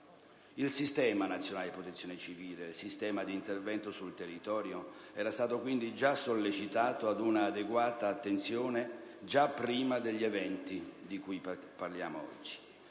Il sistema nazionale di protezione civile e il sistema d'intervento sul territorio erano stati, quindi, già sollecitati ad un'adeguata attenzione già prima degli eventi di cui parliamo oggi.